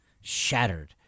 shattered